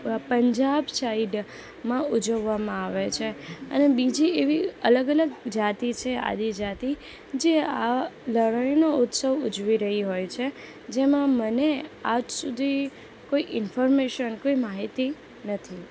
પંજાબ સાઈડમાં ઉજવવામાં આવે છે અને બીજી એવી અલગ અલગ જાતિ છે આદિ જાતિ જે આ લણણીનો ઉત્સવ ઉજવી રહી હોય છે જેમાં મને આજ સુધી કોઈ ઇમ્ફર્મેશન કોઈ માહિતી નથી